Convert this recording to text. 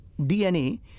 DNA